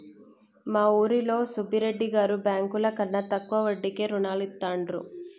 మా ఊరిలో సుబ్బిరెడ్డి గారు బ్యేంకుల కన్నా తక్కువ వడ్డీకే రుణాలనిత్తండ్రు